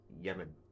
Yemen